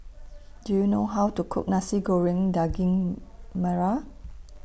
Do YOU know How to Cook Nasi Goreng Daging Merah